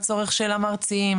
המרצים,